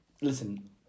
Listen